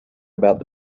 about